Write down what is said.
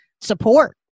support